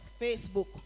Facebook